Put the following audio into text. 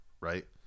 right